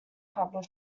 public